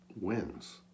wins